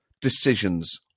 decisions